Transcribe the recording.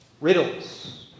Riddles